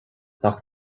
ach